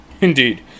Indeed